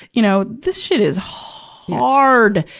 you know. this shit is haaaaard!